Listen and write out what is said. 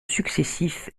successifs